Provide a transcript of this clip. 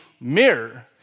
mirror